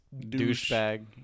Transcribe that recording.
douchebag